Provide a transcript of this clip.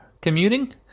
commuting